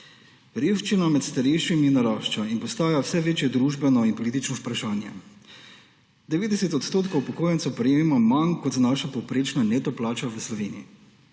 Revščina med starejšimi narašča in postaja vse večje družbeno in politično vprašanje. 90 % upokojencev prejema manj kot znaša povprečna neto plača v Sloveniji.